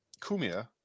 Kumia